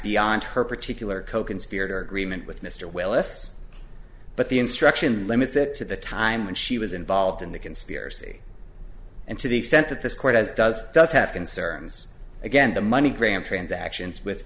beyond her particular coconspirator agreement with mr willis but the instruction limits it to the time when she was involved in the conspiracy and to the extent that this court as does does have concerns again the money gram transactions with